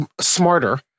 smarter—